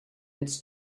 its